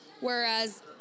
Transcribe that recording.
whereas